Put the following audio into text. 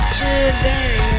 today